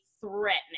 threatening